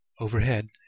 Overhead